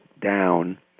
down